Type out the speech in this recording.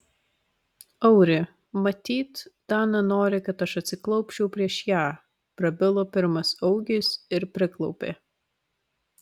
auri matyt dana nori kad aš atsiklaupčiau prieš ją prabilo pirmas augis ir priklaupė